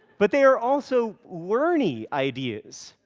but they are also learny ideas,